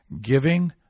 giving